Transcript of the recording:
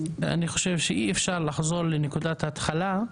ואני חושב שאי אפשר לחזור לנקודת ההתחלה.